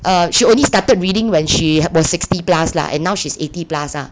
err she only started reading when she was sixty plus lah and now she's eighty plus ah